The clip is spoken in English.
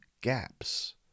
gaps